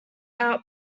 out